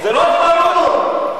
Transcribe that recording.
רוב ברור.